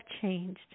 changed